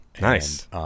Nice